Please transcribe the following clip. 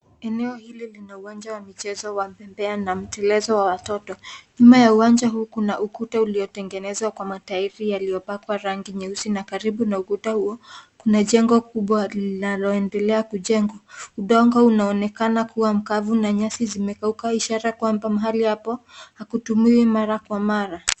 Eneo hili lina uwanja wa mechezo na bembea na mtelezo wa watoto. Nyuma ya uwanja huu kuna ukuta uliotengenezwa kwa matairi yaliyopakwa rangi nyeusi na karibu na ukuta huo kuna jengo kubwa linaloendelea kujengwa. udongo unaonekana kuwa mkavu na nyasi zimekauka ishara kwamba mahali hapo hakutumiwi mara kwa mara.